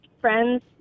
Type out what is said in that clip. Friends